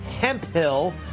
Hemphill